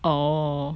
orh